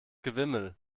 gewimmel